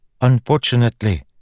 Unfortunately